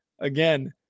Again